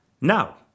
Now